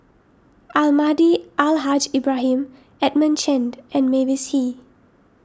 Almahdi Al Haj Ibrahim Edmund Chen and Mavis Hee